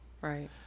Right